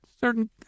certain